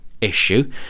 issue